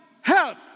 help